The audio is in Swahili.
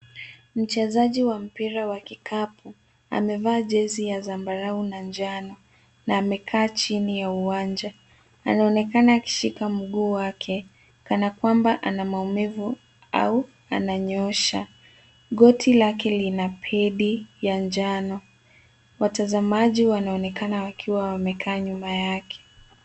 Mchezaji wa mpira ya kikapu. Amevaa jezi ya zambarau na njano na amkeaa chini ya uwanja. Anaonekana akishika mguu wake kana kwamba ana maumivu au ananyoosha. Goti lake lina pedi ya njano. Watazamaji wanaonekana wakiwa wamekaa nyuma yake.